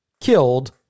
killed